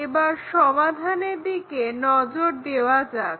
এবার সমাধানের দিকে নজর দেওয়া যাক